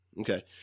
Okay